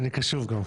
של הממשלה